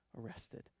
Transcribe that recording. arrested